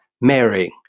marrying